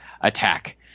attack